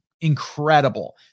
incredible